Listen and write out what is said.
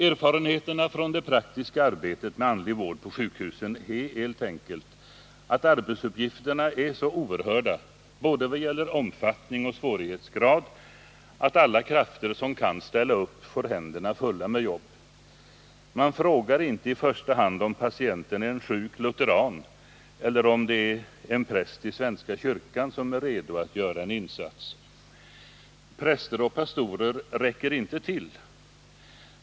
Erfarenheterna från det praktiska arbetet med andlig vård på sjukhusen är helt enkelt att arbetsuppgifterna är så oerhörda, vad gäller både omfattning och svårighetsgrad, att alla krafter som kan ställa upp får händerna fulla med jobb. Man frågar inte i första hand om patienten är en sjuk lutheran eller om det är en präst i svenska kyrkan som är redo att göra en insats. Präster och pastorer räcker inte till.